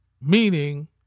Meaning